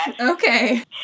okay